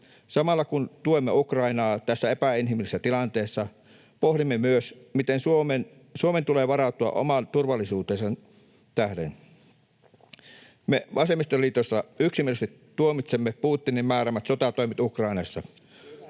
Samalla kun tuemme Ukrainaa tässä epäinhimillisessä tilanteessa, pohdimme myös, miten Suomen tulee varautua oman turvallisuutensa tähden. Me vasemmistoliitossa yksimielisesti tuomitsemme Putinin määräämät sotatoimet Ukrainassa.